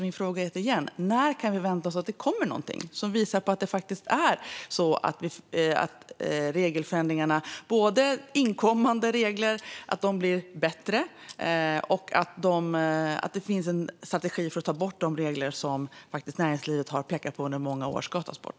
Min fråga är igen: När kan vi vänta oss att det kommer någonting som visar på att regelförändringarna gör att inkommande regler blir bättre och att det finns en strategi för att ta bort de regler som näringslivet under många år pekat på ska tas bort?